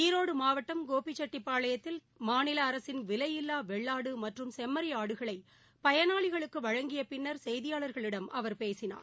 ஈரோடு மாவட்டம் கோபிச்செட்டி பாளையத்தில் மாநில அரசின் விலையில்லா வெள்ளாடு மற்றும் செம்மறி ஆடுகளை பயனாளிகளுக்கு வழங்கிய பின்னா் செய்தியாளா்களிடம் அவர் பேசினார்